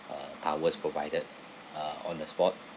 uh towels provided uh on the spot